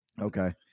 Okay